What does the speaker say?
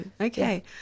Okay